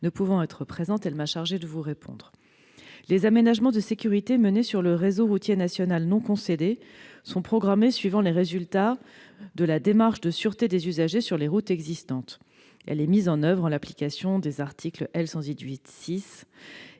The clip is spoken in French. Ne pouvant être présente, elle m'a chargée de vous répondre. Les aménagements de sécurité menés sur le réseau routier national non concédé sont programmés suivant les résultats de la démarche de sûreté des usagers sur les routes existantes. Elle est mise en oeuvre en application des articles L. 118-6